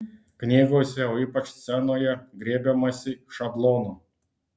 knygose o ypač scenoje griebiamasi šablono